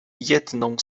jedną